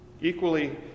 Equally